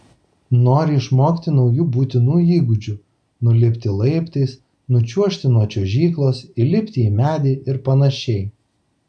nori išmokti naujų būtinų įgūdžių nulipti laiptais nučiuožti nuo čiuožyklos įlipti į medį ir panašiai